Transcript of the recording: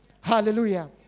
Hallelujah